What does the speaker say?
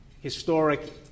historic